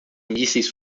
mísseis